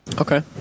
Okay